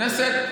הכנסת?